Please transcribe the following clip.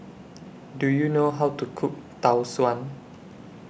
Do YOU know How to Cook Tau Suan